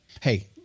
hey